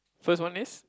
first one is